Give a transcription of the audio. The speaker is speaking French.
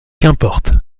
qu’importe